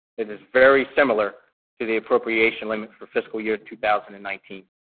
that is very similar to the appropriation limit for fiscal year two thousand and nineteen.